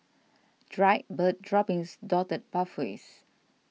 dried bird droppings dotted pathways